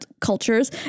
cultures